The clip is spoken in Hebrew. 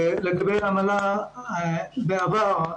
לגבי עמלה, בעבר,